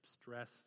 stress